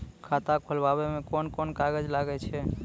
खाता खोलावै मे कोन कोन कागज लागै छै?